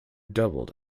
doubled